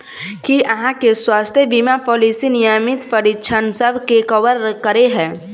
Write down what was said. की अहाँ केँ स्वास्थ्य बीमा पॉलिसी नियमित परीक्षणसभ केँ कवर करे है?